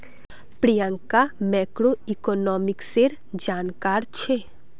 प्रियंका मैक्रोइकॉनॉमिक्सेर जानकार छेक्